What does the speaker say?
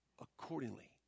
accordingly